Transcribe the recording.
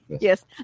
yes